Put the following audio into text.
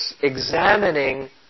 examining